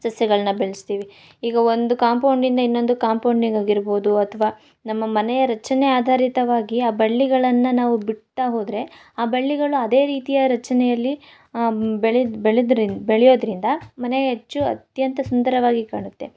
ಸಸ್ಯಗಳನ್ನ ಬೆಳೆಸ್ತೀವಿ ಈಗ ಒಂದು ಕಾಂಪೌಂಡಿಂದ ಇನ್ನೊಂದು ಕಾಂಪೌಂಡಿಗೆ ಆಗಿರ್ಬೋದು ಅಥ್ವ ನಮ್ಮ ಮನೆಯ ರಚನೆ ಆಧಾರಿತವಾಗಿ ಆ ಬಳ್ಳಿಗಳನ್ನು ನಾವು ಬಿಡ್ತಾ ಹೋದರೆ ಆ ಬಳ್ಳಿಗಳು ಅದೇ ರೀತಿಯ ರಚನೆಯಲ್ಲಿ ಬೆಳೆದ್ ಬೆಳೆದ್ರಿಂದ್ ಬೆಳೆಯೋದ್ರಿಂದ ಮನೆ ಹೆಚ್ಚು ಅತ್ಯಂತ ಸುಂದರವಾಗಿ ಕಾಣುತ್ತೆ